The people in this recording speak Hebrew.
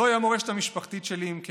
זוהי המורשת המשפחתית שלי, אם כן,